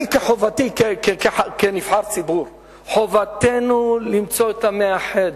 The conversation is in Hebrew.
אני, חובתי כנבחר ציבור, חובתנו, למצוא את המאחד,